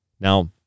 Now